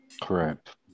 Correct